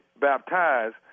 baptized